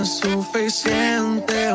suficiente